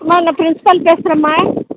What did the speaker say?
மா நான் ப்ரின்ஸ்பால் பேசுகிறேன்ம்மா